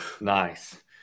Nice